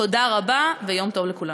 תודה רבה ויום טוב לכולנו.